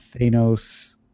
Thanos